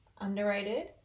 underrated